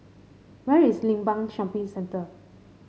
where is Limbang Shopping Centre